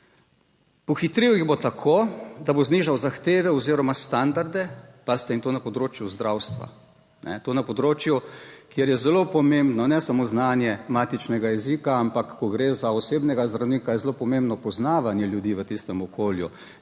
Pohitril jih bo tako, da bo znižal zahteve oziroma standarde, pazite, in to na področju zdravstva, to na področju, kjer je zelo pomembno ne samo znanje matičnega jezika, ampak ko gre za osebnega zdravnika, je zelo pomembno poznavanje ljudi v tistem okolju,